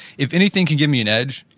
if anything can give me an edge,